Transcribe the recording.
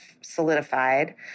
solidified